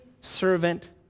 servant